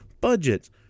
budgets